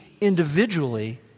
individually